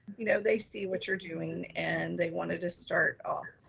you know they see what you're doing and they wanted to start off.